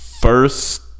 First